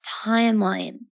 timeline